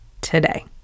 today